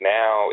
now